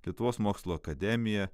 lietuvos mokslo akademija